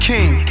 King